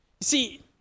see